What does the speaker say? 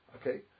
Okay